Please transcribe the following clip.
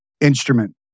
instrument